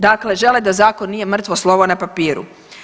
Dakle, žele da zakon nije mrtvo slovo na papiru.